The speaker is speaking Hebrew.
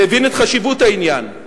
שהבין את חשיבות העניין,